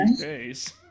days